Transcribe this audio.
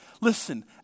listen